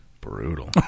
brutal